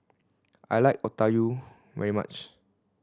I like Okayu very much